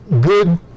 good